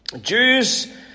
Jews